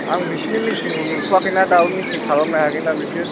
आं बिसिनि मिथिंखौ नुथ'वाखैना दाबो मिथिं खालामनो हायाखैना बिसोर